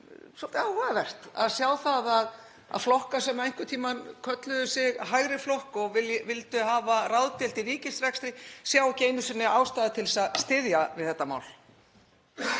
svolítið áhugavert að sjá það að flokkar sem einhvern tímann kölluðu sig hægri flokka og vildu hafa ráðdeild í ríkisrekstri sjái ekki einu sinni ástæðu til að styðja við þetta mál.